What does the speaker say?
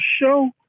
show